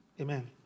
Amen